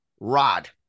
Rod